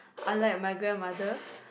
unlike my grandmother